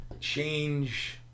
change